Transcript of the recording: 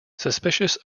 suspicious